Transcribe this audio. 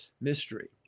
mystery